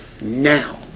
now